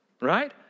right